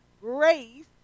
grace